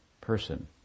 person